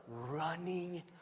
Running